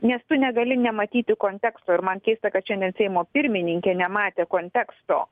nes tu negali nematyti konteksto ir man keista kad šiandien seimo pirmininkė nematė konteksto